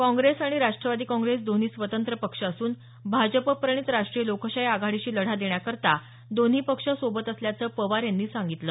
काँग्रेस आणि राष्ट्रवादी काँग्रेस दोन्ही स्वतंत्र पक्ष असून भाजपप्रणीत राष्ट्रीय लोकशाही आघाडीशी लढा देण्याकरता दोन्ही पक्ष सोबत असल्याचं पवार यांनी सांगितलं